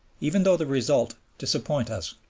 even though the result disappoint us,